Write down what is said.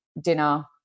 dinner